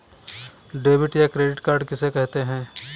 Debit या credit card किसे कहते हैं?